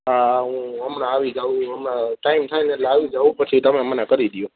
હાં હું હમણાં આવી જઉ હમણાં ટાઈમ થાયને એટલે આવી જાઉ પછી તમે મને કરી દયો